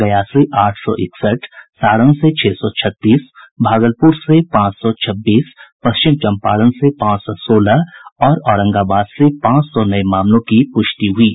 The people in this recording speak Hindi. गया से आठ सौ इकसठ सारण से छह सौ छत्तीस भागलपुर से पांच सौ छब्बीस पश्चिम चंपारण से पांच सौ सोलह और औरंगाबाद से पांच सौ नये मामलों की पुष्टि हुई है